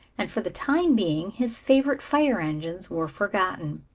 and for the time being his favorite fire engines were forgotten.